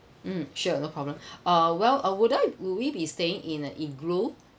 mm sure no problem uh well uh would I would we be staying in a igloo